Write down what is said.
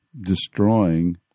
destroying